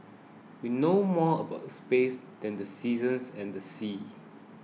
we know more about space than the seasons and the sea